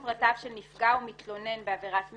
פרטיו של נפגע או מתלונן בעבירת מין),